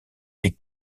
les